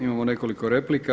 Imamo nekoliko replika.